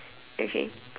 okay